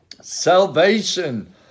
salvation